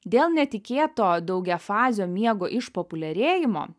dėl netikėto daugiafazio miego išpopuliarėjimo